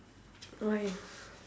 why